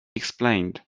explained